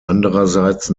andererseits